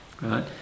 right